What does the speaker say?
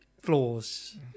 flaws